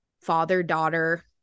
father-daughter